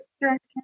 direct